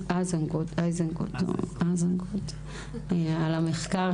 ומאיר, על המחקר.